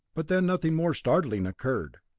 but when nothing more startling occurred,